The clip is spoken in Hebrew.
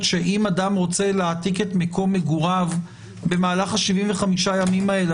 שאם אדם רוצה להעתיק את מקום מגוריו במהלך 75 הימים האלה,